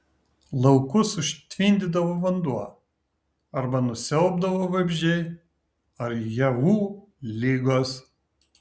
laukus užtvindydavo vanduo arba nusiaubdavo vabzdžiai ar javų ligos